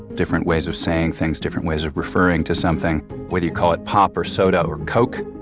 different ways of saying things, different ways of referring to something whether you call it pop or soda or coke,